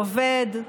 עובד,